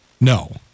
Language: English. No